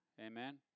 Amen